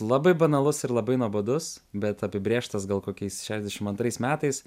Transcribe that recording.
labai banalus ir labai nuobodus bet apibrėžtas gal kokiais šešdešimt antrais metais